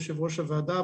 יושב ראש הוועדה,